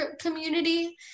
community